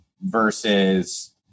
versus